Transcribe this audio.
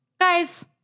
Guys